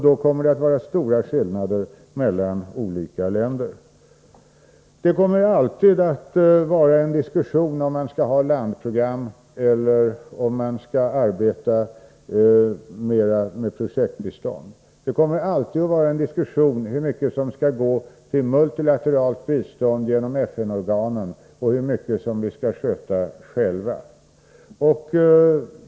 Då kommer det att vara stor skillnad mellan olika länder. Det kommer alltid att föras en diskussion om man skall ha landprogram eller om man skall arbeta med projektbistånd. Det kommer alltid att föras en diskussion om hur mycket som skall gå till multilateralt bistånd genom FN-organen och hur mycket som vi skall sköta själva.